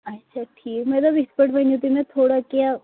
اَچھا ٹھیٖک مےٚ دوٚپ یِتھٕ پٲٹھۍ ؤنِو مےٚ تُہۍ تھوڑا کیٚنٛہہ